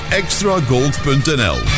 extragold.nl